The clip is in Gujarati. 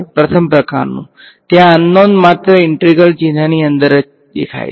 પ્રથમ પ્રકારનુ ત્યાં અનનોન માત્ર ઈંટેગ્રલ ચિન્હની અંદર જ દેખાય છે